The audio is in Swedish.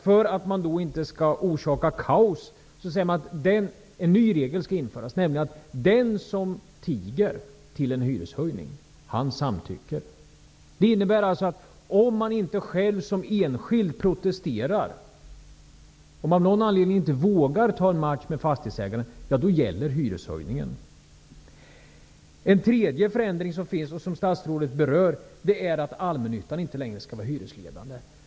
För att man inte skall orsaka kaos säger man att en ny regel skall införas, nämligen att den som tiger till en hyreshöjning samtycker. Det innebär att om man inte själv som enskild protesterar, om man av någon anledning inte vågar ta en match med fastighetsägaren, gäller hyreshöjningen. En tredje förändring som föreslås, som statsrådet berör, är att allmännyttan inte längre skall vara hyresledande.